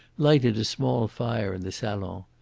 lighted a small fire in the salon.